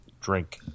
Drink